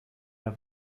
der